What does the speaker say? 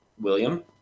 William